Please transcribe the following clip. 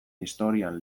historian